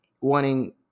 wanting